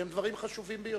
שהם דברים חשובים ביותר.